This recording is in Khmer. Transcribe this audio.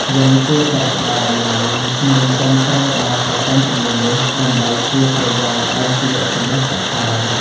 យើងគួរតែផ្តល់តម្លៃ និងគាំទ្រដល់ប្រព័ន្ធជំនឿនេះ ដើម្បីជាប្រយោជន៍ដល់ជីវចម្រុះសកល។